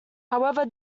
however